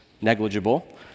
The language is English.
negligible